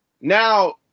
now